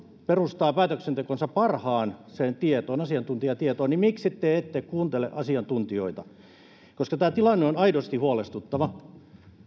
perustaa päätöksentekonsa parhaaseen tietoon asiantuntijatietoon miksi te ette kuuntele asiantuntijoita tämä tilanne on aidosti huolestuttava